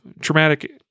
traumatic